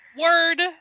Word